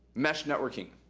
mesh networking.